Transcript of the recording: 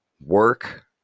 work